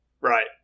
Right